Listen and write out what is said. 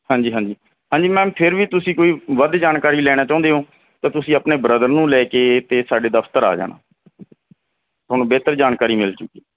ਹਾਂਜੀ ਹਾਂਜੀ ਹਾਂਜੀ ਮੈਮ ਫਿਰ ਵੀ ਤੁਸੀਂ ਕੋਈ ਵੱਧ ਜਾਣਕਾਰੀ ਲੈਣਾ ਚਾਹੁੰਦੇ ਹੋ ਤਾਂ ਤੁਸੀਂ ਆਪਣੇ ਬ੍ਰਦਰ ਨੂੰ ਲੈ ਕੇ ਅਤੇ ਸਾਡੇ ਦਫਤਰ ਆ ਜਾਣਾ ਤੁਹਾਨੂੰ ਬਿਹਤਰ ਜਾਣਕਾਰੀ ਮਿਲਜੂਗੀ